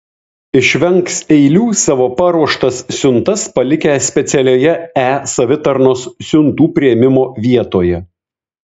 išvengs eilių savo paruoštas siuntas palikę specialioje e savitarnos siuntų priėmimo vietoje